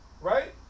right